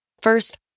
First